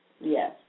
Yes